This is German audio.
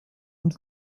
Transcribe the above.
und